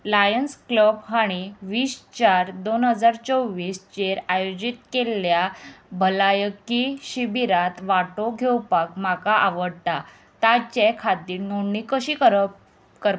lines Club हांणी वीस चार दोन हजार चोवीस चेर आयोजीत केल्ल्या भलायकी शिबिरांत वांटो घेवपाक म्हाका आवडटा ताचे खातीर नोंदणी कशी करप कर